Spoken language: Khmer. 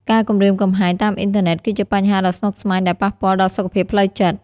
ការគំរាមកំហែងតាមអ៊ីនធឺណិតគឺជាបញ្ហាដ៏ស្មុគស្មាញដែលប៉ះពាល់ដល់សុខភាពផ្លូវចិត្ត។